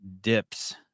dips